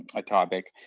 a topic,